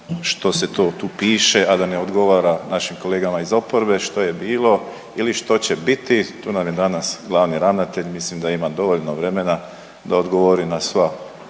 što se to tu piše, a da ne odgovara našim kolegama iz oporbe, što je bilo ili što će biti. Tu nam je danas glavni ravnatelj mislim da ima dovoljno vremena da odgovori na sva